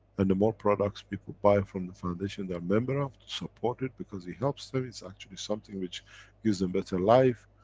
and the more products people buy from the foundation they are member of, to support it because it helps them, it's actually something which gives them better life.